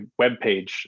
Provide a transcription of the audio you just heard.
webpage